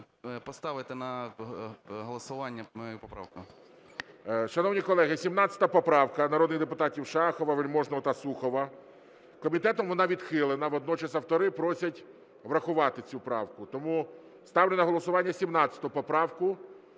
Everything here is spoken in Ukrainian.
поставити на голосування мою поправку. ГОЛОВУЮЧИЙ. Шановні колеги, 17 поправка народних депутатів Шахова, Вельможного та Сухова. Комітетом вона відхилена. Водночас автори просять врахувати цю правку. Тому ставлю на голосування 17 поправку.